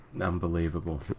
Unbelievable